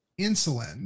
insulin